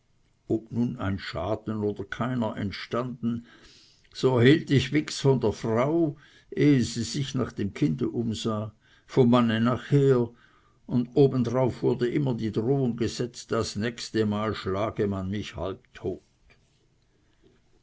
ob nun ein schaden oder keiner entstanden so erhielt ich wix von der frau ehe sie sich nach dem kind umsah vom mann nachher und obendarauf wurde immer die drohung gesetzt das nächste mal schlage man mich halb tot